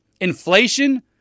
Inflation